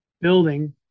building